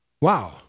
Wow